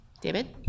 David